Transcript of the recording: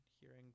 Hearing